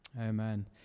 amen